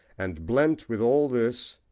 and, blent with all this,